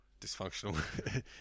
dysfunctional